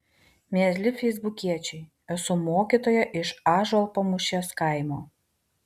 mieli feisbukiečiai esu mokytoja iš ąžuolpamūšės kaimo